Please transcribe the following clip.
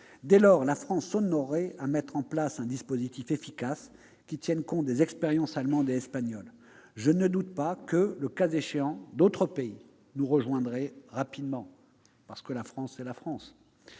Dès lors, la France s'honorerait à mettre en place un dispositif efficace, qui tienne compte des expériences allemandes et espagnoles. Je ne doute pas que, le cas échéant, d'autres pays nous rejoindraient rapidement, car la France est la France.